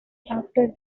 after